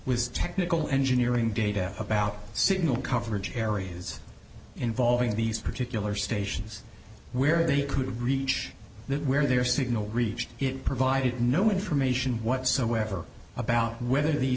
was technical engineering data about signal coverage areas involving these particular stations where they could reach that where their signal reached it provided no information whatsoever about whether the